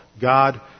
God